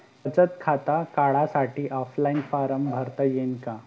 बचत खातं काढासाठी ऑफलाईन फारम भरता येईन का?